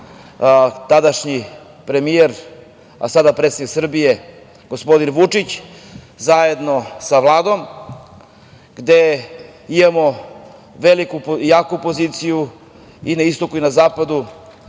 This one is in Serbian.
tadašnji premijer, a sada predsednik Srbije, gospodin Vučić, zajedno sa Vladom, gde imamo jaku opoziciju, i na istoku i zapadu,